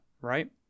right